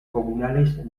comunales